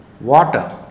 water